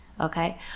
okay